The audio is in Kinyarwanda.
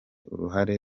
uruhara